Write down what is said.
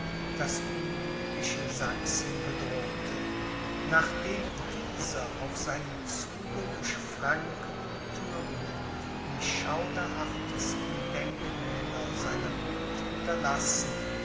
das unglückliche sachsen bedrohte nachdem dieser auf seinem zuge durch franken und thüringen die schauderhaftesten denkmäler seiner wuth hinterlassen